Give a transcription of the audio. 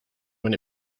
when